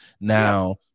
now